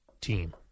team